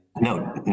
no